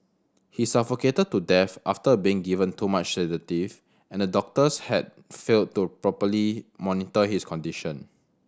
he suffocated to death after being given too much sedative and the doctors had failed to properly monitor his condition